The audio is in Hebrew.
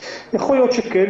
יכול להיות שכן.